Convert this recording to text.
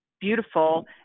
beautiful